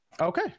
okay